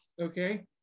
Okay